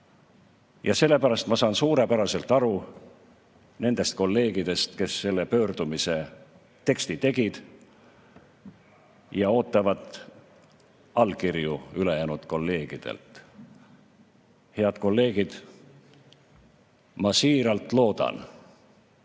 Sellepärast ma saan suurepäraselt aru nendest kolleegidest, kes selle pöördumise teksti tegid ja ootavad allkirju ülejäänud kolleegidelt. Head kolleegid! Ma siiralt loodan,